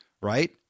right